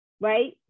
right